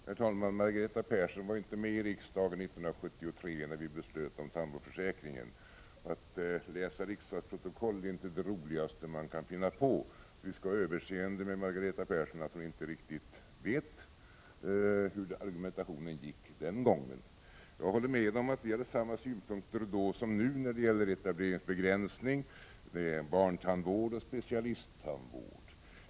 Herr talman! Margareta Persson var inte med i riksdagen 1973, då vi beslöt om tandvårdsförsäkringen. Att läsa riksdagsprotokoll är inte det roligaste man kan finna på, så vi skall ha överseende med Margareta Persson för att hon inte riktigt vet hur argumentationen gick den gången. Jag håller med om att vi hade samma synpunkter då som nu när det gäller etableringsbegränsning, barntandvård och specialisttandvård.